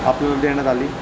आपल्याला देण्यात आली